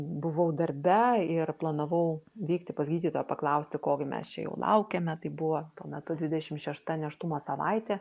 buvau darbe ir planavau vykti pas gydytoją paklausti ko gi mes čia jau laukiame tai buvo tuo metu dvidešim šešta nėštumo savaitė